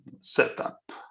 setup